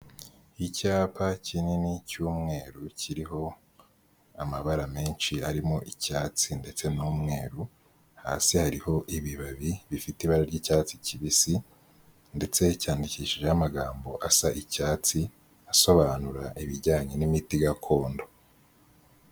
Icyapa kinini cy'umweru, kiriho amabara menshi arimo icyatsi ndetse n'umweru, hasi hariho ibibabi bifite ibara ry'icyatsi kibisi, ndetse cyandikishijeho amagambo asa icyatsi, asobanura ibijyanye n'imiti gakondo.